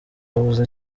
babuze